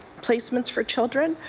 placements for children.